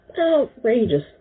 Outrageous